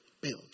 Build